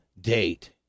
date